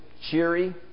cheery